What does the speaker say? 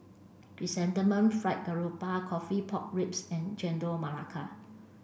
fried garoupa coffee pork ribs and chendol melaka